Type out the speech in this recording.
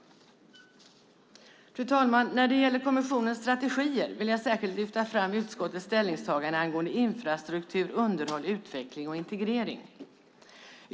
Fru talman! När det gäller kommissionens strategier vill jag särskilt lyfta fram utskottets ställningstagande angående infrastruktur - underhåll, utveckling och integrering.